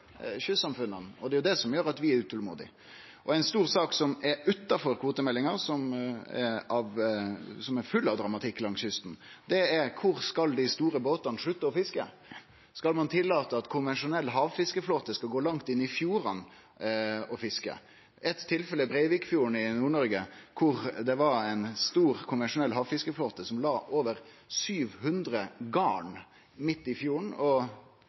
Det er det som gjer at vi er utålmodige. Ei stor sak som er utanom kvotemeldinga, og som er full av dramatikk langs kysten, er kvar dei store båtane skal slutte å fiske. Skal ein tillate at konvensjonell havfiskeflåte skal gå langt inn i fjordane for å fiske? Eit tilfelle er frå Breivikfjorden i Nord-Noreg, der ein stor, konvensjonell havfiskeflåte la over 700 garn midt i fjorden.